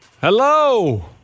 Hello